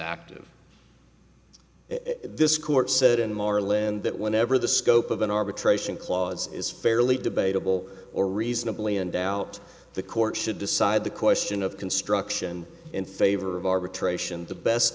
active this court said in marlin that whenever the scope of an arbitration clause is fairly debatable or reasonably in doubt the court should decide the question of construction in favor of arbitration the best